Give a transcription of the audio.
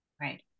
Right